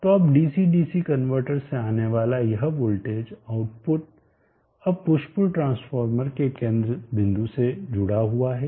तो अब DC DC converter से आने वाला यह वोल्टेज आउटपुट अब पुश पुल ट्रांसफार्मर के केंद्र बिंदु से जुड़ा हुआ है